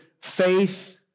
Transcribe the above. faith